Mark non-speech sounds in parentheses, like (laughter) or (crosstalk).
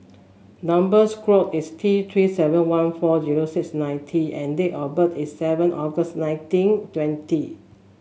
number (unintelligible) is T Three seven one four zero six nine T and date of birth is seven August nineteen twenty